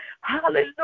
Hallelujah